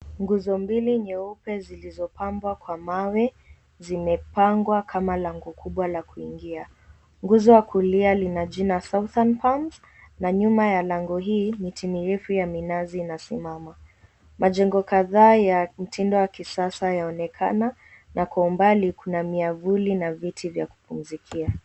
Nguzo mbili nyeupe zilizopambwa kwa mawe zimepangwa kama lango kubwa la kuingia. Nguzo wa kulia lina jina SOUTHERN PALMS na nyuma ya lango hii miti mirefu ya minazi inasimama. Majengo kadhaa ya mtindo wa kisasa yaonekena na kwa umbali kuna miavuli na viti vya kupumzikia.